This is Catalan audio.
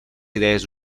idees